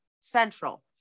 central